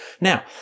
Now